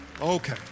Okay